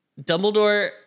dumbledore